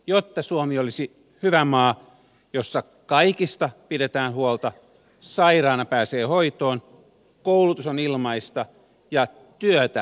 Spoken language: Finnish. jotta suomi olisi hyvä maa jossa kaikista pidetään huolta sairaana pääsee hoitoon koulutus on ilmaista ja työtä riittää kaikille